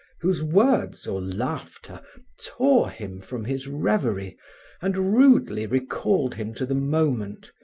whose words or laughter tore him from his revery and rudely recalled him to the moment,